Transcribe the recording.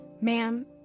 Ma'am